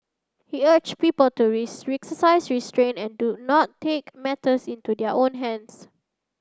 he urged people to exercise restraint and do not take matters into their own hands